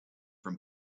from